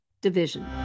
division